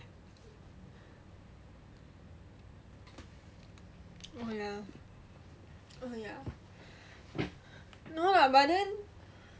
oh ya ya no lah but then